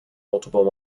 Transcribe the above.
multiple